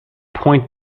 point